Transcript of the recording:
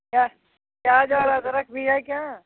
प्या प्याज़ और अदरक भी है क्या